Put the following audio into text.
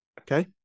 Okay